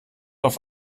auf